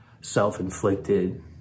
self-inflicted